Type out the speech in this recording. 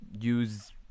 use –